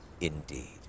indeed